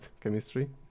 chemistry